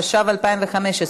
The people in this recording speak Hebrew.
התשע"ו 2015,